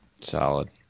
solid